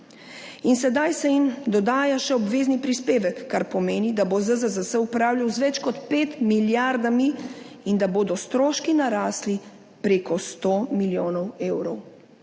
In sedaj se jim dodaja še obvezni prispevek, kar pomeni, da bo ZZZS upravljal z več kot 5 milijardami in da bodo stroški narasli preko 100 milijonov evrov.